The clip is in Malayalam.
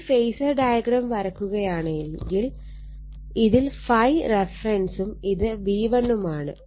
ഇനി ഫേസർ ഡയഗ്രം വരക്കുകയാണെങ്കിൽ ഇതിൽ ∅ റഫറൻസും ഇത് V1 ഉം ആണ്